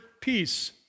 peace